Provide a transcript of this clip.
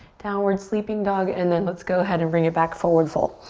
downward sleeping dog and then let's go ahead and bring it back, forward fold.